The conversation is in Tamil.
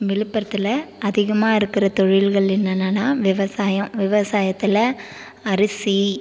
விழுப்புரத்தில் அதிகமாக இருக்கிற தொழில்கள் என்னென்னனா விவசாயம் விவசாயத்தில் அரிசி